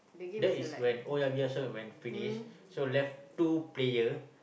that is when oh-yah-peh-yah-som when finish so left two player